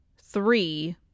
three